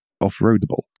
off-roadable